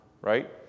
right